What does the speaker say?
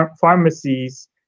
pharmacies